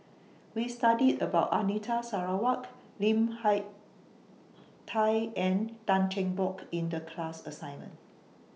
We studied about Anita Sarawak Lim Hak Tai and Tan Cheng Bock in The class assignment